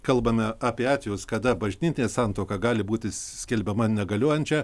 kalbame apie atvejus kada bažnytinė santuoka gali būti skelbiama negaliojančia